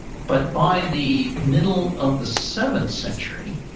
but by the middle of the seventh century,